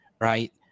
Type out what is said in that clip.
right